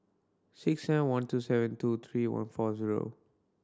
six seven one two seven two three one four zero